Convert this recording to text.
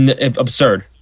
Absurd